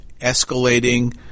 escalating